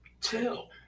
tell